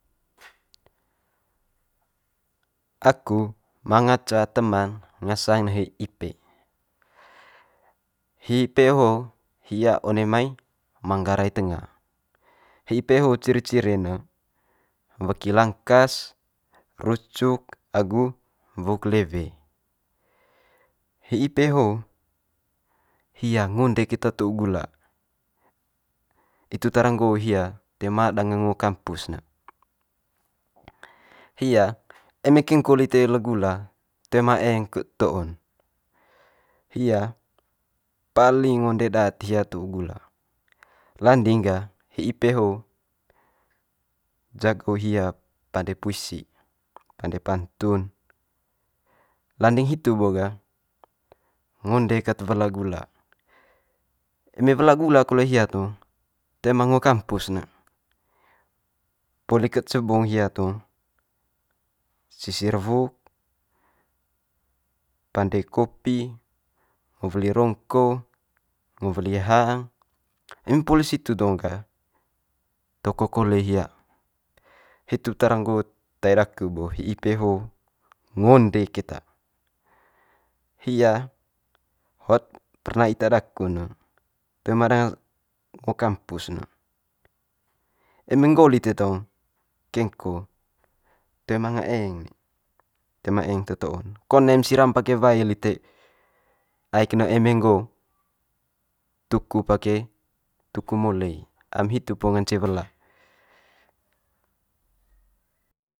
aku manga ca teman ngasang ne ipe. Hi ipe ho hia one mai manggarai tenga, hi ipe ho'o ciri ciri ne weki langkas, rucuk agu wuk lewe. Hi ipe ho'o hia ngoende keta to'o gula itu tara nggo hia toe ma danga ngo kampus ne. Hia eme kengko lite le gula toe ma eng kut to'on, hia paling ngonde daat hia to'o gula. Landing gah hi ipe ho jago hia pande puisi, pande pantun, landing hitu bo ga ngonde ket wela gula. Eme wela gula kole hia tong toe ma ngo kampus ne poli ket cebong hia tong sisir wuk, pande kopi, ngo weli rongko, ngo weli hang. Eme poli situ tong ga toko kole hia. Hitu tara nggo tae daku bo hi ipe ho ngonde keta. Hia hot perna ita daku'n ne toe ma danga ngo kampus ne eme nggo lite tong kengko toe manga eng ne, toe ma eng te to'on, konem siram pake wae lite aik ne eme nggo tuku pake tuku mole i, am hitu po ngance wela.